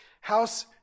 House